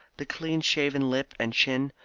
the clean-shaven lip and chin,